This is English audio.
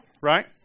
right